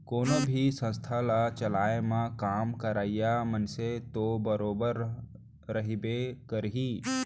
कोनो भी संस्था ल चलाए म काम करइया मनसे तो बरोबर रहिबे करही